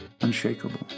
unshakable